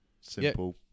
Simple